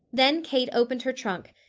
then kate opened her trunk,